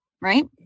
right